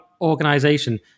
organization